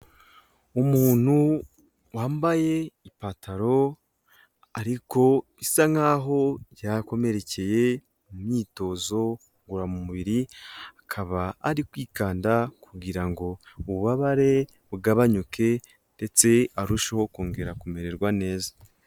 Umuntu wambaye ipataro ariko bisa nkaho yakomerekeye mu myitozo ngororamumubiri, akaba ari kwikanda kugira ngo ububabare bugabanyuke ndetse arusheho kongera kumererwa neza.